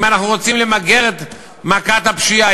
אם אנחנו רוצים למגר את מכת הפשיעה,